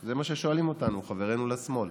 זה מה ששואלים אותנו חברינו בשמאל,